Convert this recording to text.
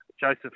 Joseph